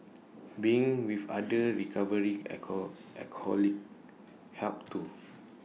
being with other recovering alcohol alcoholics helped too